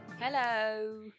Hello